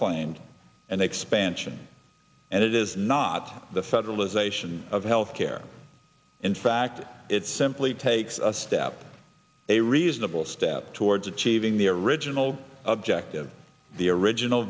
claimed an expansion and it is not the federalization of health care in fact it simply takes a step a reasonable step towards achieving the original objective the original